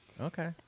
Okay